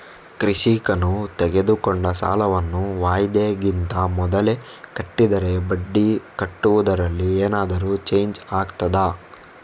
ಕೃಷಿಕನು ತೆಗೆದುಕೊಂಡ ಸಾಲವನ್ನು ವಾಯಿದೆಗಿಂತ ಮೊದಲೇ ಕಟ್ಟಿದರೆ ಬಡ್ಡಿ ಕಟ್ಟುವುದರಲ್ಲಿ ಏನಾದರೂ ಚೇಂಜ್ ಆಗ್ತದಾ?